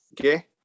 okay